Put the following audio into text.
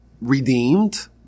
redeemed